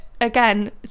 again